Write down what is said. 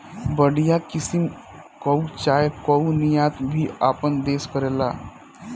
बढ़िया किसिम कअ चाय कअ निर्यात भी आपन देस करेला